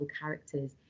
characters